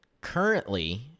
Currently